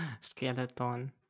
Skeleton